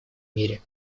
мире